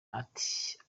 ati